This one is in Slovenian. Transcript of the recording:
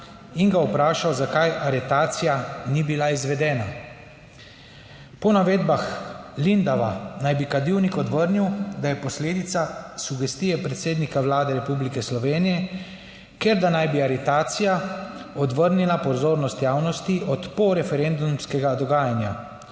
in ga vprašal, zakaj aretacija ni bila izvedena. Po navedbah Lindava naj bi Kadivnik odvrnil, da je posledica sugestije predsednika Vlade Republike Slovenije, ker da naj bi aretacija odvrnila pozornost javnosti od po referendumskega dogajanja.